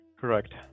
correct